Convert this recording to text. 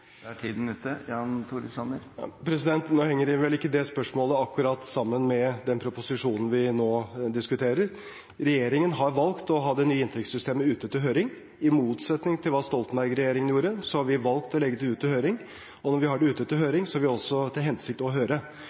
Nå henger vel ikke det spørsmålet akkurat sammen med den proposisjonen vi nå diskuterer. Regjeringen har valgt å ha det nye inntektssystemet ute til høring. I motsetning til hva Stoltenberg-regjeringen gjorde, har vi valgt å sende det ut på høring. Og når vi har det ute til høring, har vi også til hensikt å høre.